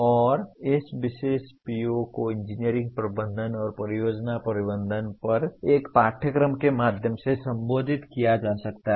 और इस विशेष PO को इंजीनियरिंग प्रबंधन और परियोजना प्रबंधन पर एक पाठ्यक्रम के माध्यम से संबोधित किया जा सकता है